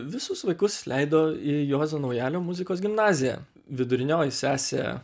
visus vaikus leido į juozo naujalio muzikos gimnaziją vidurinioji sesė